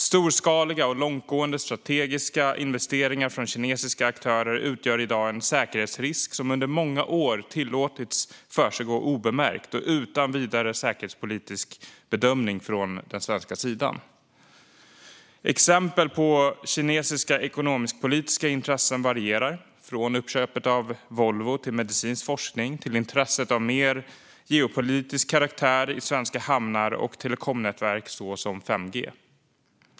Storskaliga och långtgående strategiska investeringar från kinesiska aktörer utgör i dag en säkerhetsrisk. Detta har under många år tillåtits försiggå obemärkt och utan vidare säkerhetspolitisk bedömning från den svenska sidan. Exempel på kinesiska ekonomisk-politiska intressen varierar från uppköpet av Volvo och medicinsk forskning till intressen av mer geopolitisk karaktär i svenska hamnar och telekomnätverk såsom 5G.